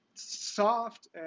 soft